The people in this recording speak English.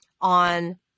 on